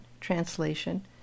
translation